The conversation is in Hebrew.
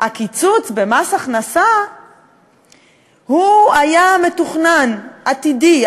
הקיצוץ במס הכנסה היה מתוכנן, עתידי.